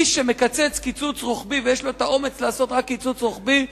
מי שמקצץ קיצוץ רוחבי ויש לו אומץ לעשות רק קיצוץ רוחבי,